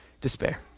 despair